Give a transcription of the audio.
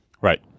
right